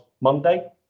monday